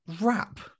wrap